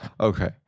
Okay